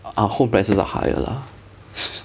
our our home prices are higher lah